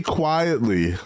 quietly